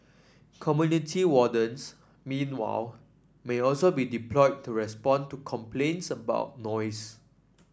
community wardens meanwhile may also be deployed to respond to complaints about noise